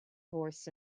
horse